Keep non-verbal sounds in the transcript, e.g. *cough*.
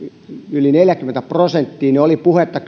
yli neljäkymmentä prosenttia oli puhetta *unintelligible*